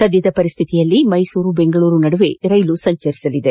ಸದ್ಯದ ಪರಿಶ್ಥಿತಿಯಲ್ಲಿ ಮೈಸೂರು ಬೆಂಗಳೂರು ನಡುವೆ ರೈಲು ಸಂಚರಿಸಲಿದೆ